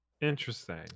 Interesting